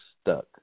stuck